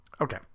okay